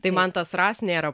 tai man tas rast nėra